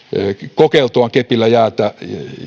kokeiltuaan kepillä jäätä